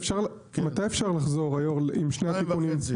מתי אפשר לחזור, יושב הראש, עם שני התיקונים?